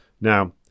Now